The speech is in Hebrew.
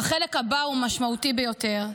החלק הבא הוא משמעותי ביותר: